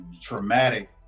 traumatic